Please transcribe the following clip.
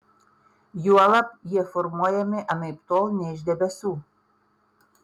juolab jie formuojami anaiptol ne iš debesų